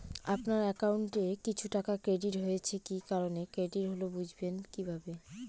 আপনার অ্যাকাউন্ট এ কিছু টাকা ক্রেডিট হয়েছে কি কারণে ক্রেডিট হল বুঝবেন কিভাবে?